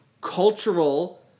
cultural